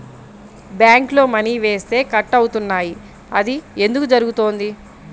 బ్యాంక్లో మని వేస్తే కట్ అవుతున్నాయి అది ఎందుకు జరుగుతోంది?